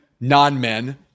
non-men